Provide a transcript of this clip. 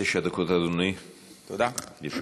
תשע דקות, אדוני, לרשותך.